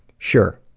sure,